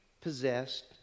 possessed